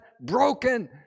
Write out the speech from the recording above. broken